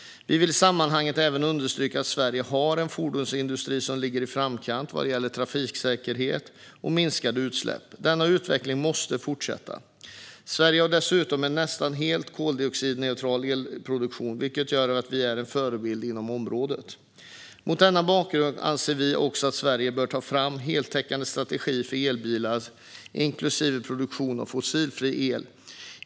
Vi vill i sammanhanget understryka att Sverige har en fordonsindustri som ligger i framkant vad gäller trafiksäkerhet och minskade utsläpp. Den utvecklingen måste fortsätta. Sverige har dessutom en nästan helt koldioxidneutral elproduktion, vilket gör att vi är en förebild inom området. Mot denna bakgrund anser vi att Sverige bör ta fram en heltäckande strategi för elbilar, inklusive produktion av fossilfri el.